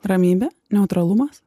ramybė neutralumas